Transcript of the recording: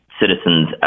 citizen's